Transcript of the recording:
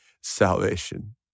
salvation